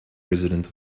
resident